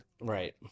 Right